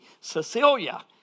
Cecilia